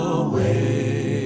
away